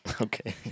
Okay